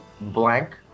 blank